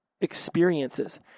experiences